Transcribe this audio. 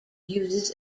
uses